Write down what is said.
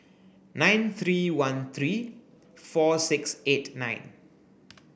nine three one three four six eight nine